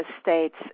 states